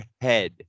head